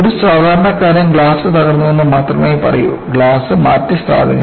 ഒരു സാധാരണക്കാരൻ ഗ്ലാസ് തകർന്നുവെന്ന് മാത്രമേ പറയൂ ഗ്ലാസ് മാറ്റി സ്ഥാപിക്കണം